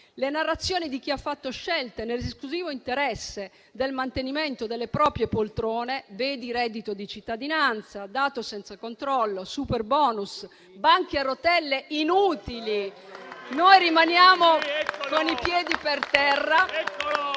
le elezioni e di chi ha fatto scelte nell'esclusivo interesse del mantenimento delle proprie poltrone (come quelle sul reddito di cittadinanza dato senza controllo, sul superbonus e sui banchi a rotelle inutili), noi rimaniamo con i piedi per terra